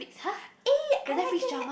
eh I like it leh